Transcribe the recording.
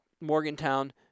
Morgantown